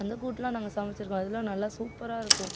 அந்த கூட்டுலாம் நாங்க சமைச்சிருக்கோம் அதெலாம் நல்லா சூப்பராக இருக்கும்